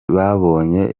babonye